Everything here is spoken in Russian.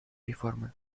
реформы